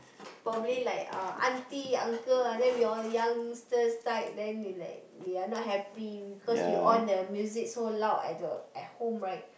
probably like uh aunty uncle ah then we all youngster side then they like they are not happy because we on the music so loud at the at home right